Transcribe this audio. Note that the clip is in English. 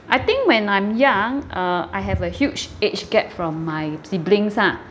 I think when I'm young uh I have a huge age gap from my siblings ah